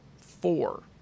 four